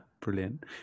Brilliant